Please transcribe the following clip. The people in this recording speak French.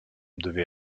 devait